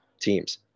teams